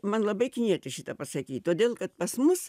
man labai knieti šitą pasakyt todėl kad pas mus